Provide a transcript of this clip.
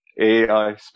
AI